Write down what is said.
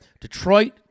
detroit